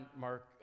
Mark